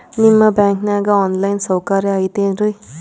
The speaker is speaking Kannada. ನಿಮ್ಮ ಬ್ಯಾಂಕನಾಗ ಆನ್ ಲೈನ್ ಸೌಕರ್ಯ ಐತೇನ್ರಿ?